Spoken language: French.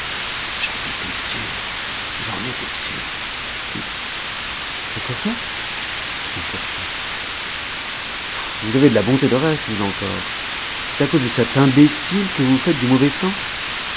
j'en étais sûr j'en étais sûr puis c'est pour ça il s'esclaffa vous avez de la bonté de reste vous encore c'est à cause de cet imbécile que vous vous faites du mauvais sang